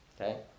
okay